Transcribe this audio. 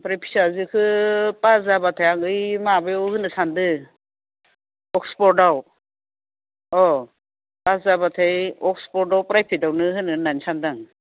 ओमफ्राय फिसाजोखो पास जाबाथाय आं ओइ माबायाव होनो सानदों अक्सफर्डआव अह पास जाबाथाय अक्सफर्डआव फ्राइभेटआवनो होनो होननानै सानदां